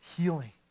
healing